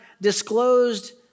disclosed